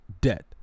debt